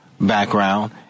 background